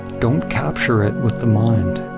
don't capture it with the mind.